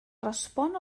respon